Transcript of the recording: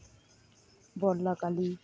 ᱵᱚᱨᱞᱟ ᱠᱟᱞᱤ